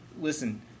Listen